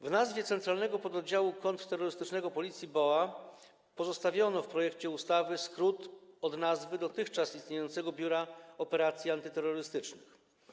W nazwie Centralnego Pododdziału Kontrterrorystycznego Policji BOA pozostawiono w projekcie ustawy skrót od nazwy dotychczas istniejącego Biura Operacji Antyterrorystycznych.